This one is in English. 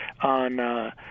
on